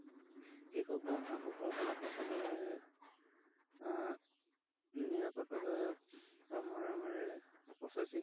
কৃষক বা হাঁহ কুকুৰা পালকসকলে নিৰাপদভাবে বা মৰমেৰে প্ৰচেছিং